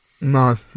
No